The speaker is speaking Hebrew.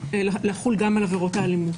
לחול גם על עבירות האלימות.